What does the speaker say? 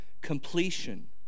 completion